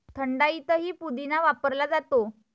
थंडाईतही पुदिना वापरला जातो